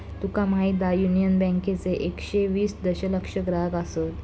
तुका माहीत हा, युनियन बँकेचे एकशे वीस दशलक्ष ग्राहक आसत